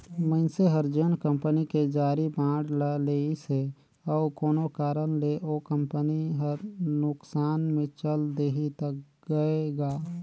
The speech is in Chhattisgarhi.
मइनसे हर जेन कंपनी के जारी बांड ल लेहिसे अउ कोनो कारन ले ओ कंपनी हर नुकसान मे चल देहि त गय गा